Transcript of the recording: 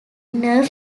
nerf